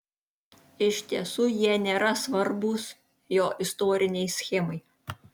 iš tiesų jie nėra svarbūs jo istorinei schemai